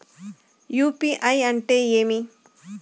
UPI అంటే ఏమి?